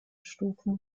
stufen